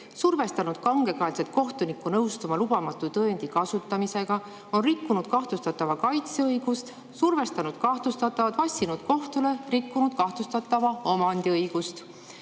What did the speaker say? survestanud kangekaelselt kohtunikku nõustuma lubamatu tõendi kasutamisega, on rikkunud kahtlustatava kaitseõigust, survestanud kahtlustatavat, vassinud kohtule ja rikkunud kahtlustatava omandiõigust.